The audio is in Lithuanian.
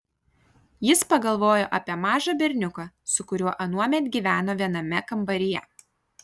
jis pagalvojo apie mažą berniuką su kuriuo anuomet gyveno viename kambaryje